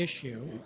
issue